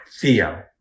Theo